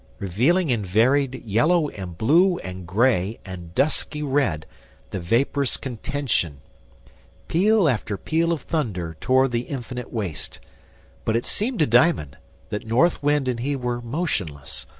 revealing in varied yellow and blue and grey and dusky red the vapourous contention peal after peal of thunder tore the infinite waste but it seemed to diamond that north wind and he were motionless,